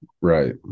Right